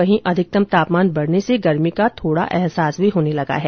वहीं अधिकतम तापमान बढ़ने से गर्मी का अहसास होने लगा है